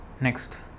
next